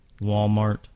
Walmart